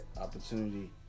opportunity